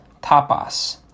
Tapas